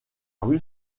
rue